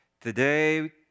Today